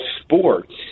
sports